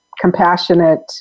compassionate